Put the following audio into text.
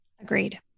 Agreed